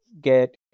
get